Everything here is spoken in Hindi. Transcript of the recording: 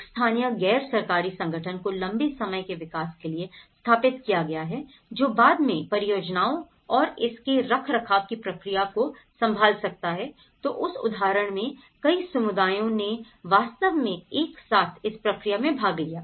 एक स्थानीय गैर सरकारी संगठन को लंबे समय के विकास के लिए स्थापित किया गया है जो बाद में परियोजनाओं और इसके रखरखाव की प्रक्रिया को संभाल सकता है तो इस उदाहरण में कई समुदायों ने वास्तव में एक साथ इस प्रक्रिया में भाग लिया